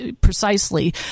precisely